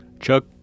Chuck